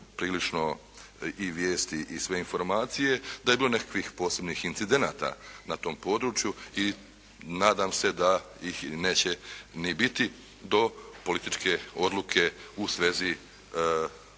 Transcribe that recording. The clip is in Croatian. prilično i vijesti i sve informacije, da je bilo nekakvih posebnih incidenata na tom području i nadam se da ih neće ni biti do političke odluke u svezi